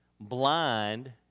blind